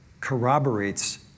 corroborates